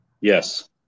Yes